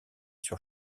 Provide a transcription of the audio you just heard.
sur